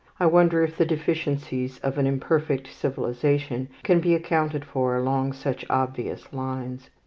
i wonder if the deficiencies of an imperfect civilization can be accounted for along such obvious lines.